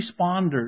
responders